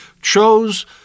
chose